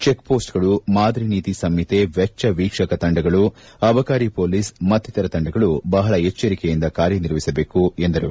ಚೆಕ್ಮೋಸ್ಟ್ಗಳು ಮಾದರಿ ನೀತಿ ಸಂಹಿತೆ ವೆಚ್ಚ ವೀಕ್ಷಕ ತಂಡಗಳು ಅಬಕಾರಿ ಮೊಲೀಸ್ ಮತ್ತಿತರ ತಂಡಗಳು ಬಹಳ ಎಚ್ಚರಿಕೆಯಿಂದ ಕಾರ್ಯ ನಿರ್ವಹಿಸಬೇಕು ಎಂದರು